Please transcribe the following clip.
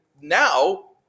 now